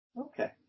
Okay